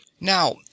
Now